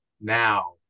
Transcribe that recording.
now